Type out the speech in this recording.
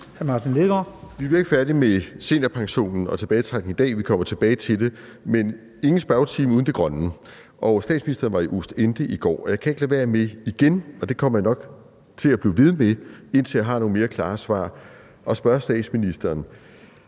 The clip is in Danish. Vi bliver ikke færdige med seniorpensionen og tilbagetrækning i dag. Vi kommer tilbage til det. Men ingen spørgetime uden det grønne, og statsministeren var i Oostende i går, og jeg kan ikke lade være med igen – og det kommer jeg nok til at blive ved med, indtil jeg har nogle mere klare svar – at spørge statsministeren